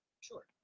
sure